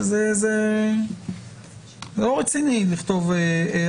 זה לא רציני לכתוב את זה.